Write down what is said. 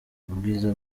ubwiza